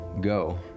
go